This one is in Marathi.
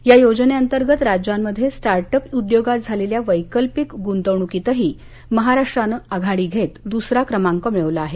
या योजनेतर्गत राज्यामध्ये स्टार्टअप उद्योगात झालेल्या वैकल्पिक गुंतवणुकीतही महाराष्ट्रानं आघाडी घेत देशात द्सरा क्रमांक मिळवला आहे